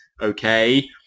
okay